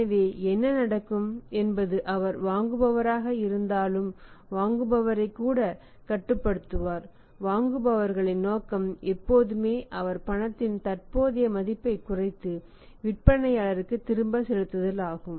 எனவே என்ன நடக்கும் என்பது அவர் வாங்குபவராக இருந்தாலும் வாங்குபவரைக் கூட கட்டுப்படுத்துவார் வாங்குபவர்களின் நோக்கம் எப்போதுமே அவர்பணத்தின் தற்போதைய மதிப்பைக் குறைத்து விற்பனையாளருக்குத் திருப்பிச் செலுத்துதல் ஆகும்